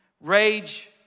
rage